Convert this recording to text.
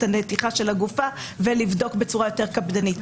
הנתיחה של הגופה ולבדוק בצורה יותר קפדנית.